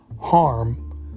harm